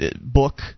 book